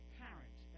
parent